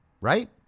Right